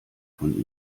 von